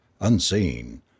unseen